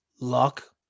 luck